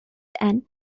and